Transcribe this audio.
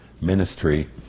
ministry